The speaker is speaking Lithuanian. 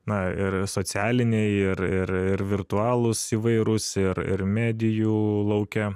na ir socialiniai ir ir ir virtualūs įvairus ir ir medijų lauke